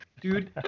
dude